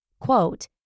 quote